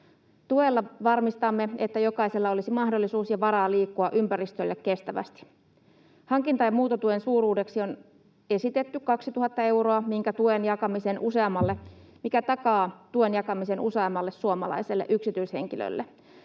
Tuella varmistamme, että jokaisella olisi mahdollisuus ja varaa liikkua ympäristölle kestävästi. Hankinta- ja muuntotuen suuruudeksi on esitetty 2 000 euroa, mikä takaa tuen jakamisen useammalle suomalaiselle yksityishenkilölle.